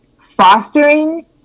fostering